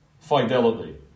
Fidelity